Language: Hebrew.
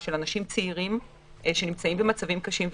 של אנשים צעירים שנמצאים במצבים קשים וקריטיים,